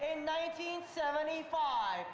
in nineteen seventy five